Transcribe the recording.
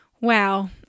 Wow